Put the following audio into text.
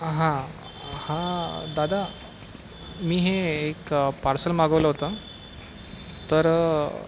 हां हां दादा मी हे एक पार्सल मागवलं होतं तर